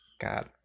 God